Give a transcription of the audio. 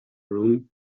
room